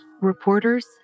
reporters